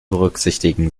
berücksichtigen